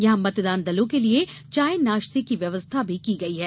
यहां मतदान दलों के लिए चाय नास्ते की व्यवस्था भी की गई है